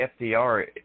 FDR